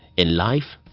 in life,